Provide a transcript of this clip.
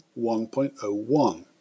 1.01